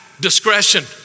discretion